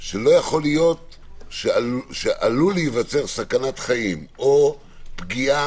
שלא יכול להיות שעלולה להיווצר סכנת חיים או פגיעה